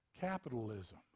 capitalism